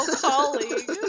colleague